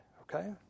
okay